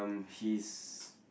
um she's